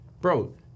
bro